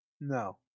No